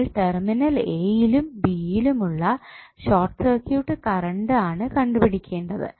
നമ്മൾ terminal A യിലും B യിലും ഉള്ള ഷോർട്ട് സർക്യൂട്ട് കറണ്ട് ആണ് കണ്ടുപിടിക്കേണ്ടത്